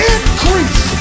Increase